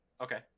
Okay